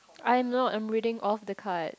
I'm not I'm reading off the card